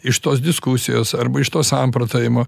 iš tos diskusijos arba iš to samprotavimo